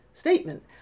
statement